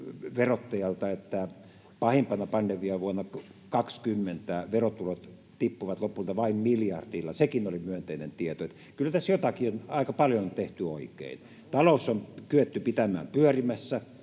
että pahimpana pande-miavuonna 20 verotulot tippuivat lopulta vain miljardilla, sekin oli myönteinen tieto. Kyllä tässä jotakin, aika paljon, on tehty oikein. Talous on kyetty pitämään pyörimässä.